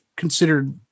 considered